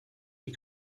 you